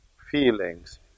feelings